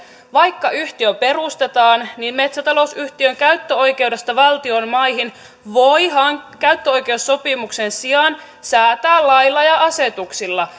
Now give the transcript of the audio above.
vaikka yhtiö perustetaan niin metsätalousyhtiön käyttöoikeudesta valtion maihin voi käyttöoikeussopimuksen sijaan säätää lailla ja asetuksilla